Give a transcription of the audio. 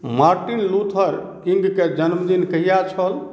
Martin Luther किंगके जन्मदिन कहिया छल